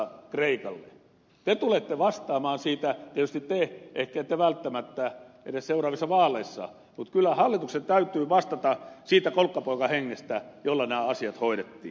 te tulette vastaamaan siitä tietysti te ette ehkä välttämättä edes seuraavissa vaaleissa mutta kyllä hallituksen täytyy vastata siitä kolkkapoikahengestä jolla nämä asiat hoidettiin